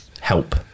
help